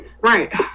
right